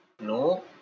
No